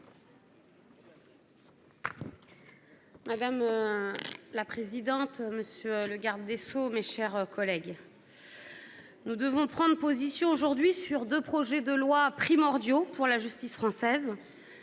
Madame la présidente, monsieur le garde des sceaux, mes chers collègues, nous devons prendre position sur deux projets de loi primordiaux pour la justice française.